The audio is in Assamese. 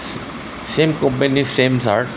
চেম কোম্পেনীৰ চেম চাৰ্ট